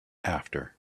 after